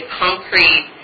concrete